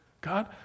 God